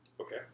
Okay